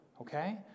Okay